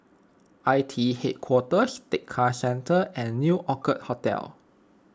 I T E Headquarters Tekka Centre and New Orchid Hotel